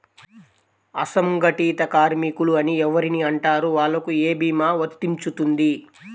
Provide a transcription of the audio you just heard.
అసంగటిత కార్మికులు అని ఎవరిని అంటారు? వాళ్లకు ఏ భీమా వర్తించుతుంది?